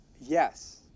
Yes